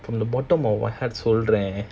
from the bottom of my heart சொல்றேன்:solraen